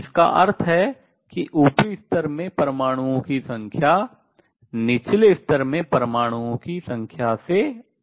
इसका अर्थ है कि ऊपरी स्तर में परमाणुओं की संख्या निचले स्तर dIdZ में परमाणुओं की संख्या से अधिक है